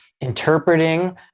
interpreting